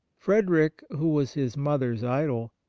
frederick, who was his mother's idol,